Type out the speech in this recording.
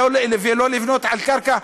ולא לבנות על קרקע,